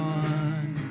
one